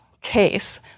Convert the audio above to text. case